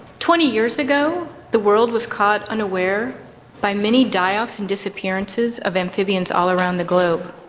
twenty years ago the world was caught unaware by many die-offs and disappearances of amphibians all around the globe.